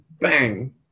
bang